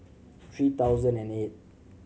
three thousand and eight